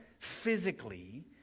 physically